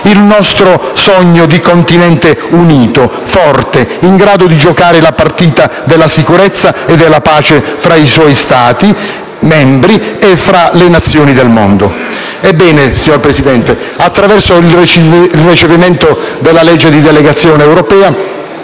il nostro sogno di un continente unito, forte, in grado di giocare la partita della sicurezza e della pace tra i suoi Stati membri e fra le Nazioni del mondo. Ebbene, signor Presidente, attraverso il recepimento della legge di delegazione europea,